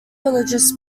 religious